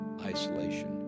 isolation